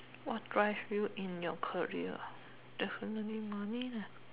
what drive you in your career definitely money lah